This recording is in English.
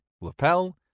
lapel